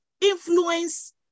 influence